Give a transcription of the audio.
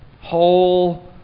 whole